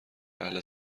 اهل